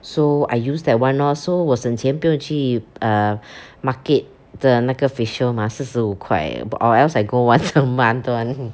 so I use that [one] orh so 我省钱不用去 uh market 的那个 facial mah 四十五块 eh but or else I go once a month one